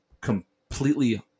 completely